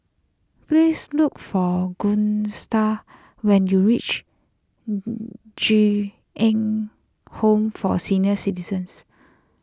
please look for Gustaf when you reach Ju Eng Home for Senior Citizens